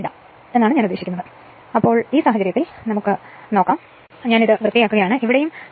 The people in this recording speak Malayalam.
അതിനാൽ ഇവിടെയും ഇത് ഇടാം എന്നാണ് ഞാൻ ഉദ്ദേശിക്കുന്നത് പക്ഷേ ഇവിടെ കാണിച്ചിട്ടില്ല ഞാൻ അത് ഇവിടെ കാണിച്ചില്ല ഞാൻ ഇവിടെ കാണിച്ചില്ല അത് ഇടാം